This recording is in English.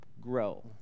grow